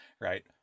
right